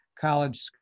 college